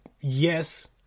yes